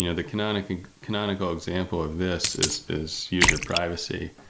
you know the canonical canonical example of this is is user privacy.